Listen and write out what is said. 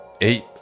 eight